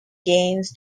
games